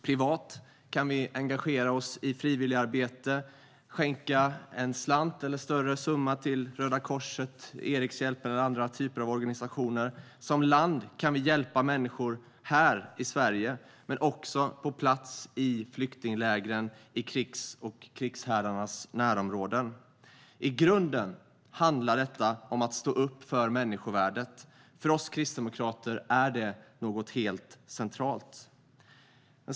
Privat kan vi engagera oss i frivilligarbete, skänka en slant eller en större summa till Röda Korset, Erikshjälpen eller andra typer av organisationer. Som land kan vi hjälpa människor här i Sverige och även på plats i flyktinglägren i krigsområden och krigshärdarnas närområden. I grunden handlar detta om att stå upp för människovärdet. För oss kristdemokrater är det helt centralt.